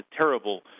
terrible